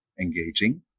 engaging